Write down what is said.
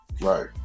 right